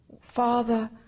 Father